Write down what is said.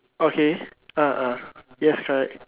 okay ah ah yes right